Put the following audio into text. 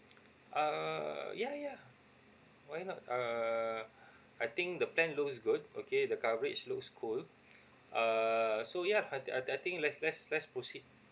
uh yeah yeah why not uh I think the plan looks good okay the coverage looks cool uh so yeah I I I think let's let's let's proceed